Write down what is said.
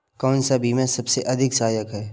कौन सा बीमा सबसे अधिक सहायक है?